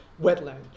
wetland